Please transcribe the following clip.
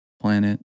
planet